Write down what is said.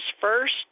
first